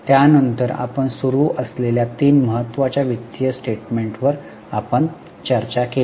त्यानंतर आपण सुरु असलेल्या तीन महत्वाच्या वित्तीय स्टेटमेंटवर आपण चर्चा केली